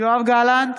יואב גלנט,